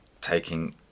taking